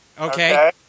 Okay